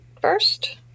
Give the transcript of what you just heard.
first